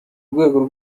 rwego